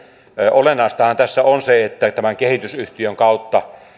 olennaistahan tässä on se että tämän kehitysyhtiön kautta